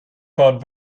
faden